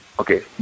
okay